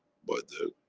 by the